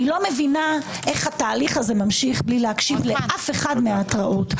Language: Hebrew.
לא מבינה איך התהליך הזה ממשיך בלי להקשיב לאף אחת מההתרעות.